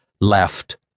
left